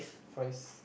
fries